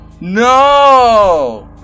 No